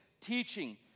teaching